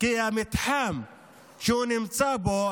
כי המתחם שהוא נמצא בו,